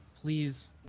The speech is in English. Please